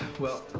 well,